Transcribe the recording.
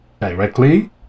directly